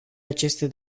aceste